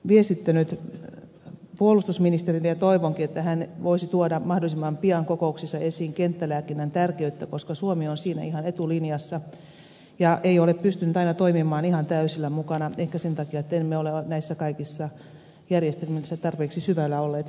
olenkin jo viestittänyt puolustusministerille ja toivonkin että hän voisi tuoda mahdollisimman pian kokouksissa esiin kenttälääkinnän tärkeyttä koska suomi on siinä ihan etulinjassa ja ei ole aina pystynyt toimimaan ihan täysillä mukana ehkä sen takia että emme ole kaikissa näissä järjestelmissä tarpeeksi syvällä olleet mukana